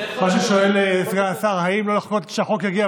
מה ששואל סגן השר: האם לא יכול להיות שהחוק יגיע,